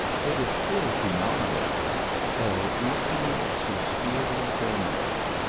it is still denominated el ultimo suspiro del moro,